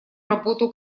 работу